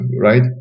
right